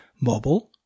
mobile